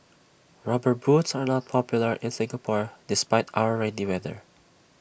rubber boots are not popular in Singapore despite our rainy weather